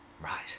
Right